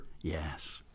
Yes